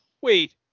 Wait